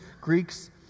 Greeks